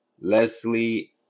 Leslie